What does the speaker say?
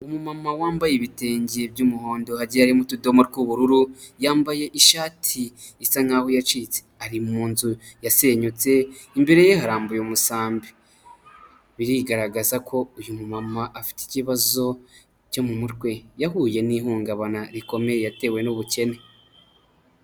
Umumama wambaye ibitenge by'umuhondo hagiye arimo mu utudomo tw'ubururu, yambaye ishati isa nkahoho yacitse ari mu nzu yasenyutse, imbere ye harambuye umusambi, birigaragaza ko uyu mu mama afite ikibazo cyo mu mutwe yahuye n'ihungabana rikomeye yatewe n'ubukene.